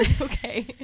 okay